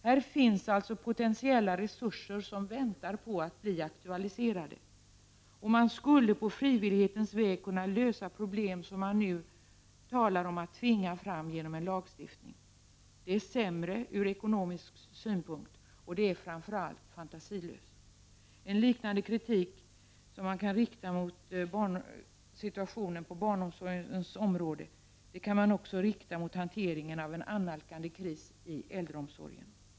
Här finns alltså potentiella resurser som väntar på att bli aktualiserade. Man skulle på frivillighetens väg kunna lösa problem som man nu talar om att tvinga fram genom en lagstiftning. Det är sämre ur ekonomisk synpunkt, och det är framför allt fantasilöst. En kritik som liknar den som kan riktas mot barnomsorgen kan också riktas mot hantneringen av en annalkande kris inom äldreomsorgen.